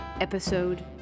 Episode